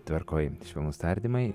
tvarkoj švelnūs tardymai